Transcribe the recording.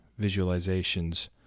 visualizations